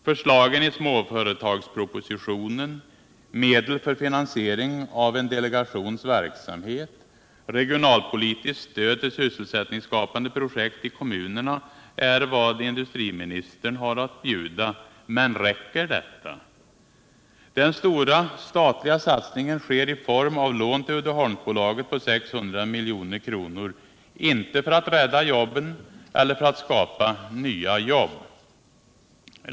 Förslagen i småföretagspropositionen, medel för finansiering av en delegations verksamhet och regionalpolitiskt stöd till sysselsättningsskapande projekt i kommunerna är vad industriministern har att erbjuda. Men räcker detta? Den stora statliga satsningen sker i form av lån till Uddeholmsbolaget på 600 milj.kr. — inte för att rädda jobben eller för att skapa nya jobb.